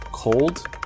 Cold